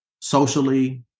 socially